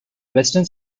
western